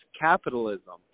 capitalism